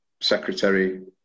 secretary